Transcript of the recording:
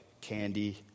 candy